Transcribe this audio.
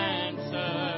answer